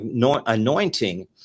anointing